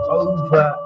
over